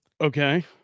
okay